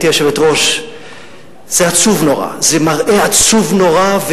זה מראה עצוב נורא.